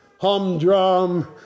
humdrum